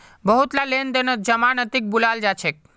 बहुतला लेन देनत जमानतीक बुलाल जा छेक